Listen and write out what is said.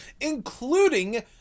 including